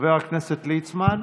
חבר הכנסת ליצמן,